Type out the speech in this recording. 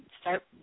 Start